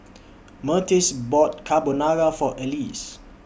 Myrtice bought Carbonara For Elise